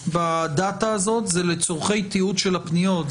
בדאטה הזאת זה לצרכי תיעוד של הפניות,